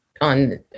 on